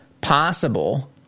possible